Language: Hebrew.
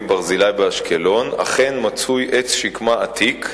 "ברזילי" באשקלון אכן מצוי עץ שקמה עתיק,